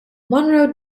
munro